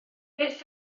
beth